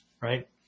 right